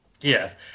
Yes